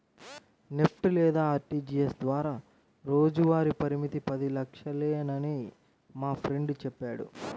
NEFT లేదా RTGS ద్వారా రోజువారీ పరిమితి పది లక్షలేనని మా ఫ్రెండు చెప్పాడు